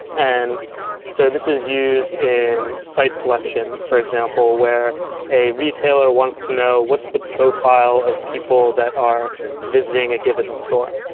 and so this is used in site selection, for example, where a retailer wants to know what's the profile of people that are visiting a given store.